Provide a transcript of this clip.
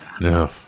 no